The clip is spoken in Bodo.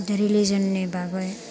रिलिजोननि बागै